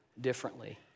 differently